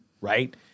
right